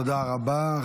תודה רבה.